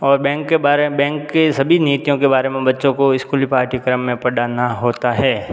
और बैंक के बारे में बैंक के सभी नीतियों के बारे में बच्चों को स्कूली पाठ्यक्रम में पढ़ाना होता है